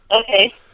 Okay